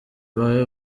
babe